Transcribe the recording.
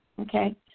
Okay